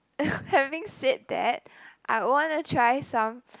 having said that I'd wanna try some